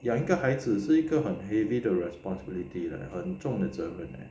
养一个孩子是一个很 heavy 的 responsibility 很重的责任